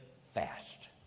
fast